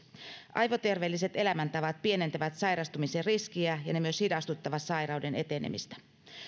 aivoterveelliset elämäntavat pienentävät sairastumisen riskiä ja ne myös hidastuttavat sairauden etenemistä